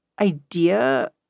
idea